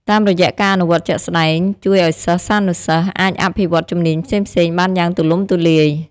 តាមរយៈការអនុវត្តជាក់ស្តែង ជួយអោយសិស្សានុសិស្សអាចអភិវឌ្ឍជំនាញផ្សេងៗបានយ៉ាងទូលំទូលាយ។